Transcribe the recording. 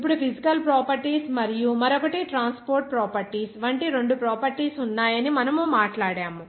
ఇప్పుడు physical properties మరియు మరొకటి ట్రాన్స్పోర్ట్ ప్రాపర్టీస్ వంటి రెండు ప్రాపర్టీస్ ఉన్నాయని మనము మాట్లాడాము